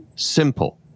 simple